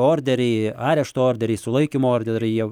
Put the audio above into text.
orderiai arešto orderiai sulaikymo orderiai jie